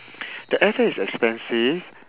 the airfare is expensive